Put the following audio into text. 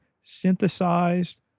synthesized